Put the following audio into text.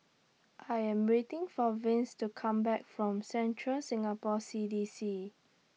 I Am waiting For Vince to Come Back from Central Singapore C D C